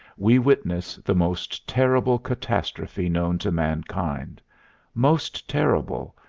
we witness the most terrible catastrophe known to mankind most terrible,